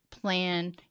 plan